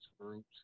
groups